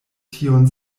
tion